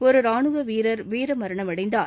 ஒரு ரானுவ வீரர் வீரமரணமடைந்தார்